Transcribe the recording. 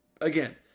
Again